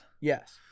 Yes